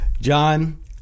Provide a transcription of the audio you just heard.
John